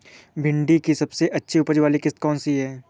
भिंडी की सबसे अच्छी उपज वाली किश्त कौन सी है?